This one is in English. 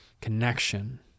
Connection